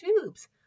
Tubes